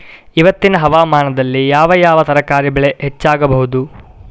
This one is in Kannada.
ಇವತ್ತಿನ ಹವಾಮಾನದಲ್ಲಿ ಯಾವ ಯಾವ ತರಕಾರಿ ಬೆಳೆ ಹೆಚ್ಚಾಗಬಹುದು?